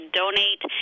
donate